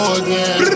again